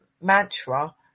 mantra